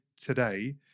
today